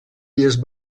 illes